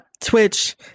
Twitch